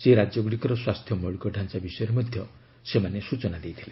ସେହି ରାଜ୍ୟ ଗୁଡ଼ିକର ସ୍ୱାସ୍ଥ୍ୟ ମୌଳିକ ଡ଼ାଞ୍ଚା ବିଷୟରେ ମଧ୍ୟ ସେମାନେ ସ୍ୱଚନା ଦେଇଥିଲେ